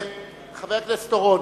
חבר הכנסת אורון,